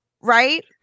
right